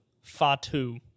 fatu